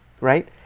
Right